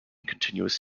continuous